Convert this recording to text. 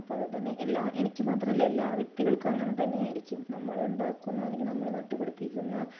അപ്പം അത് തന്നെ എല്ലാ എനിക്ക് മാത്രമല്ല എല്ലാ വ്യക്തികൾക്കും അങ്ങനെ തന്നെ ആയിരിക്കും നമ്മൾ ഉണ്ടാക്കുന്ന അല്ലെങ്കിൽ നമ്മൾ നട്ടുപിടിപ്പിക്കുന്ന